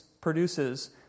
produces